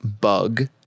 Bug